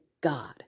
God